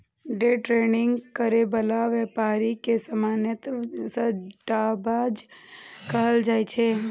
day trading करै बला व्यापारी के सामान्यतः सट्टाबाज कहल जाइ छै